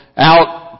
out